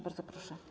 Bardzo proszę.